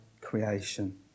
creation